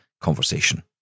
conversation